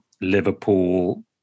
Liverpool